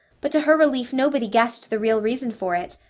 but to her relief nobody guessed the real reason for it,